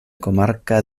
comarca